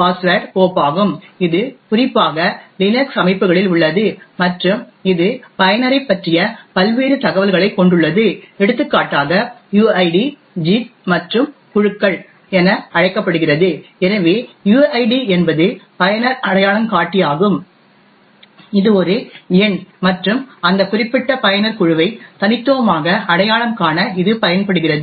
password கோப்பாகும் இது குறிப்பாக லினக்ஸ் அமைப்புகளில் உள்ளது மற்றும் இது பயனரைப் பற்றிய பல்வேறு தகவல்களைக் கொண்டுள்ளது எடுத்துக்காட்டாக இது யுஐடி ஜிட் மற்றும் குழுக்கள் என அழைக்கப்படுகிறது எனவே யுஐடி என்பது பயனர் அடையாளங்காட்டியாகும் இது ஒரு எண் மற்றும் அந்த குறிப்பிட்ட பயனர் குழுவை தனித்துவமாக அடையாளம் காண இது பயன்படுகிறது